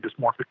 dysmorphic